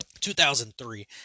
2003